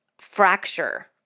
fracture